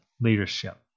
leadership